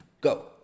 Go